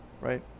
right